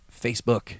Facebook